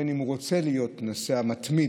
בין אם הוא רוצה להיות נוסע מתמיד